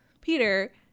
Peter